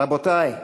רבותי,